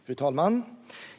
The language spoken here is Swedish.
Fru talman!